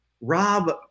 Rob